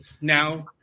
now